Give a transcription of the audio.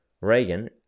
Reagan